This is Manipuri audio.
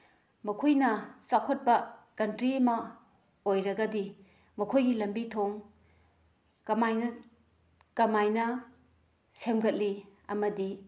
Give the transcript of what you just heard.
ꯃꯈꯣꯏꯅ ꯆꯥꯎꯈꯠꯄ ꯀꯟꯇ꯭ꯔꯤ ꯑꯃ ꯑꯣꯏꯔꯒꯗꯤ ꯃꯈꯣꯏꯒꯤ ꯂꯝꯕꯤ ꯊꯣꯡ ꯀꯃꯥꯏꯅ ꯀꯃꯥꯏꯅ ꯁꯦꯝꯒꯠꯂꯤ ꯑꯃꯗꯤ